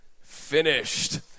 finished